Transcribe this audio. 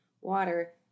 water